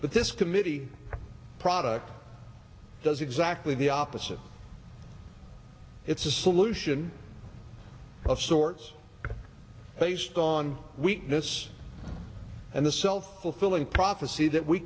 but this committee product does exactly the opposite it's a solution of sorts based on weakness and a self fulfilling prophecy that we